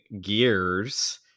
gears